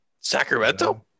Sacramento